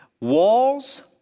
Walls